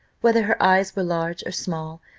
whether her eyes were large or small,